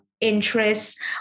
interests